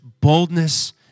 boldness